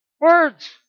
Words